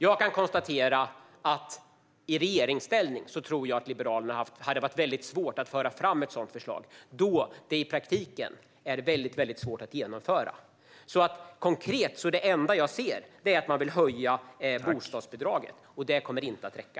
Jag kan konstatera att det hade varit svårt för Liberalerna att i regeringsställning föra fram ett sådant förslag då det i praktiken är väldigt svårt att genomföra. Det enda konkreta jag ser är därför att man vill höja bostadsbidraget, och det kommer inte att räcka.